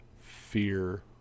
fear